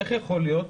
איך יכול להיות,